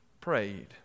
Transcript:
prayed